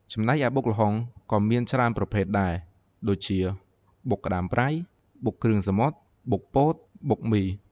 ចំណែកឯបុកល្ហុងក៏មានជាច្រើនប្រភេទដែរ ដូចជា៖ បុកក្តាមប្រៃ បុកគ្រឿងសមុទ្រ បុកពោត បុកមី។